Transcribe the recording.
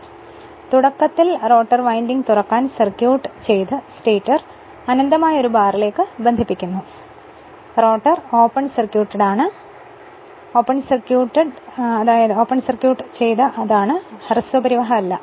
ഇപ്പോൾ തുടക്കത്തിൽ rotor winding തുറക്കാൻ സർക്യൂട്ട് ചെയ്ത് സ്റ്റേറ്റർ അനന്തമായ ഒരു ബാറിലേക്ക് ബന്ധിപ്പിക്കട്ടെ അതായത് റോട്ടർ ഓപ്പൺ സർക്യൂട്ട് ആണ് അത് ഹ്രസ്വ പരിവാഹം അല്ല